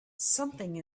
something